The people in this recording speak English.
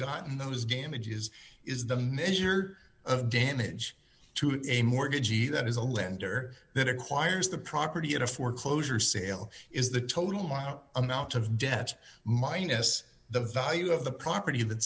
gotten those damages is the measure of damage to him mortgagee that is a lender that acquires the property at a foreclosure sale is the total out amount of debts minus the value of the property